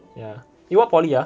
yeah you what poly ah